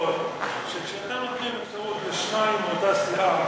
שכשאתה נותן אפשרות לשניים מאותה סיעה,